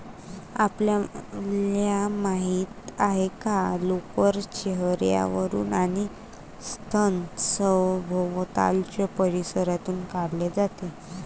आपल्याला माहित आहे का लोकर चेहर्यावरून आणि स्तन सभोवतालच्या परिसरातून काढले जाते